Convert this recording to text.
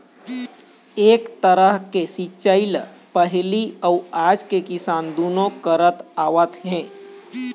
ए तरह के सिंचई ल पहिली अउ आज के किसान दुनो करत आवत हे